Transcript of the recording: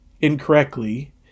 incorrectly